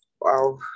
Wow